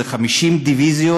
וזה 50 דיביזיות,